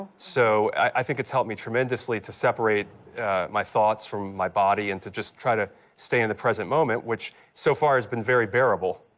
so i think it's helped me tremendously to separate my thoughts from my body and to just try to stay in the present moment, which so far has been very bearable.